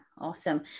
awesome